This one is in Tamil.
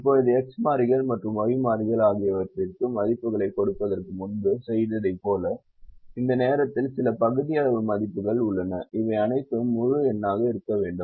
இப்போது X மாறிகள் மற்றும் Y மாறிகள் ஆகியவற்றிற்கு மதிப்புகளைக் கொடுப்பதற்கு முன்பு செய்ததைப் போல இந்த நேரத்தில் சில பகுதியளவு மதிப்புகள் உள்ளன இவை அனைத்தும் முழு எண்ணாக இருக்க வேண்டும்